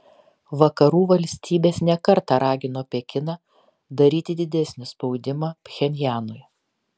vakarų valstybės ne kartą ragino pekiną daryti didesnį spaudimą pchenjanui